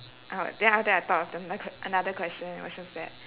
oh then after that I thought of another question it was just that